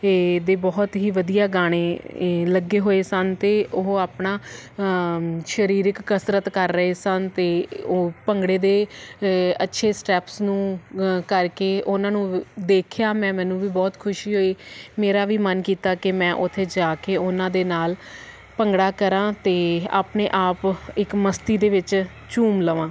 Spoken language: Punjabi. ਅਤੇ ਦੇ ਬਹੁਤ ਹੀ ਵਧੀਆ ਗਾਣੇ ਲੱਗੇ ਹੋਏ ਸਨ ਅਤੇ ਉਹ ਆਪਣਾ ਸਰੀਰਕ ਕਸਰਤ ਕਰ ਰਹੇ ਸਨ ਅਤੇ ਉਹ ਭੰਗੜੇ ਦੇ ਅ ਅੱਛੇ ਸਟੈਪਸ ਨੂੰ ਕਰਕੇ ਉਹਨਾਂ ਨੂੰ ਦੇਖਿਆ ਮੈਂ ਮੈਨੂੰ ਵੀ ਬਹੁਤ ਖੁਸ਼ੀ ਹੋਈ ਮੇਰਾ ਵੀ ਮਨ ਕੀਤਾ ਕਿ ਮੈਂ ਉਥੇ ਜਾ ਕੇ ਉਹਨਾਂ ਦੇ ਨਾਲ ਭੰਗੜਾ ਕਰਾਂ ਅਤੇ ਆਪਣੇ ਆਪ ਇੱਕ ਮਸਤੀ ਦੇ ਵਿੱਚ ਝੂੰਮ ਲਵਾਂ